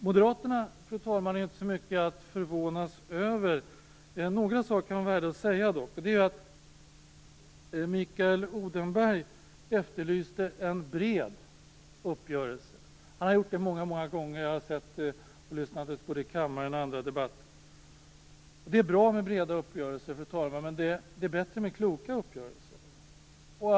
Fru talman! Det finns inte så mycket att förvånas över när det gäller Moderaterna. Några saker kan dock vara värda att säga. Mikael Odenberg efterlyste en bred uppgörelse. Det har han gjort många gånger. Jag har lyssnat på honom både i kammaren och i andra debatter. Det är bra med breda uppgörelser, fru talman, men det är bättre med kloka uppgörelser.